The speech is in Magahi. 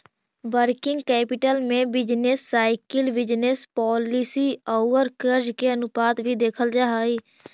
वर्किंग कैपिटल में बिजनेस साइकिल बिजनेस पॉलिसी औउर कर्ज के अनुपात भी देखल जा हई